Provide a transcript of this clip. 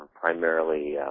primarily